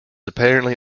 apparently